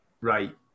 right